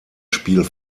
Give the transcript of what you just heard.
spiel